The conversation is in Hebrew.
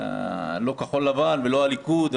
לא כחול לבן, לא הליכוד.